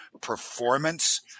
performance